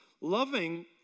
Loving